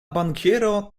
bankiero